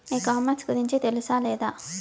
ఈ కామర్స్ గురించి తెలుసా లేదా?